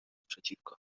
przeciwko